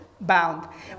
bound